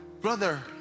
brother